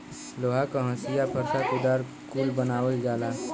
लोहा के हंसिआ फर्सा कुदार कुल बनावल जाला